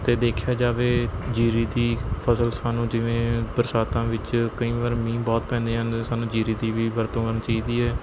ਅਤੇ ਦੇਖਿਆ ਜਾਵੇ ਜ਼ੀਰੀ ਦੀ ਫਸਲ ਸਾਨੂੰ ਜਿਵੇਂ ਬਰਸਾਤਾਂ ਵਿੱਚ ਕਈ ਵਾਰ ਮੀਂਹ ਬਹੁਤ ਪੈਂਦੇ ਹਨ ਸਾਨੂੰ ਜ਼ੀਰੀ ਦੀ ਵੀ ਵਰਤੋਂ ਕਰਨੀ ਚਾਹੀਦੀ ਹੈ